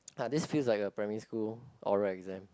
ah this feels like a primary school oral exam